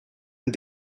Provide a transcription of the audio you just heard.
and